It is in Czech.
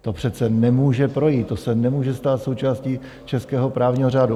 To přece nemůže projít, to se nemůže stát součástí českého právního řádu.